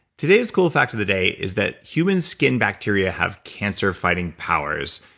today's cool fact of the day is that human skin bacteria have cancer-fighting powers.